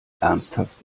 ernsthaft